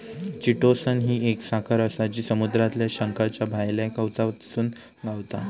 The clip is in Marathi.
चिटोसन ही एक साखर आसा जी समुद्रातल्या शंखाच्या भायल्या कवचातसून गावता